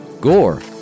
Gore